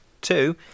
two